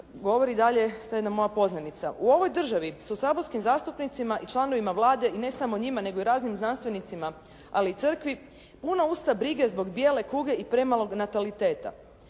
Govori dalje to jedna moja poznanica. “U ovoj državi su saborskim zastupnicima i članovima Vlade i ne samo njima nego i raznim znanstvenicima, ali i crkvi puna usta brige zbog bijele kuge i premalog nataliteta.